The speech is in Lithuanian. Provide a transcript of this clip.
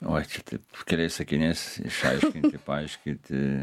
oi čia tai keliais sakiniai išaiškinti paaiškinti